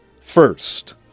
first